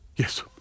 Yes